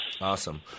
Awesome